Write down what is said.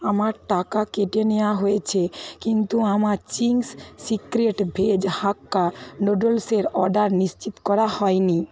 আমার টাকা কেটে নেওয়া হয়েছে কিন্তু আমার চিংস সিক্রেট ভেজ হাক্কা নুডলসের অর্ডার নিশ্চিত করা হয় নি